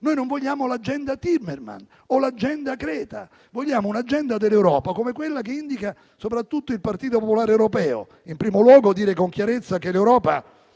Noi non vogliamo l'agenda Timmermans o l'agenda Greta. Vogliamo un'agenda dell'Europa come quella che indica soprattutto il Partito Popolare Europeo. In primo luogo, dire con chiarezza che l'Europa